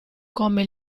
come